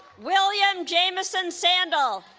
william jamison sandel